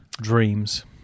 dreams